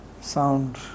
sound